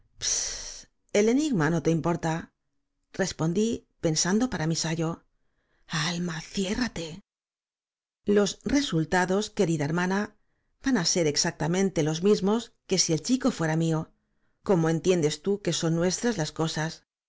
el enigma no te importa respondlpensando para mi sayo alma ciérrate los resultados querida hermana van á ser exactamente los mismos que si el chico fuera mío como entiendes tú que son nuestras lis cosas